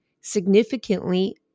significantly